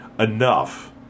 Enough